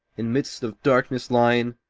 in midst of darkness lying,